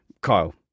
kyle